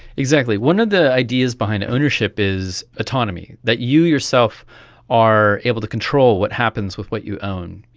exactly. one of the ideas behind ownership is autonomy, that you yourself are able to control what happens with what you own.